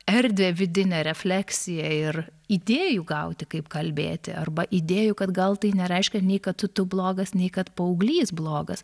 erdvę vidinę refleksiją ir idėjų gauti kaip kalbėti arba idėjų kad gal tai nereiškia nei kad tu blogas nei kad paauglys blogas